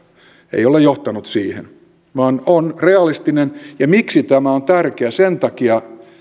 ei ole johtanut siihen vaan on realistinen ja miksi tämä on tärkeä sen takia